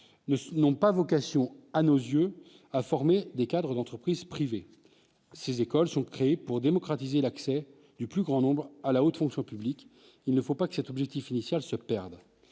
n'ont pas vocation à nos yeux à former des cadres d'entreprises privées, ces écoles sont créées pour démocratiser l'accès du plus grand nombre à la haute fonction publique, il ne faut pas que cet objectif initial se perdent